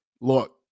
Look